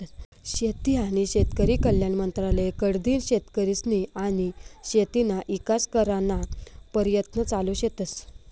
शेती आनी शेतकरी कल्याण मंत्रालय कडथीन शेतकरीस्नी आनी शेतीना ईकास कराना परयत्न चालू शेतस